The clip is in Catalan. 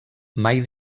mai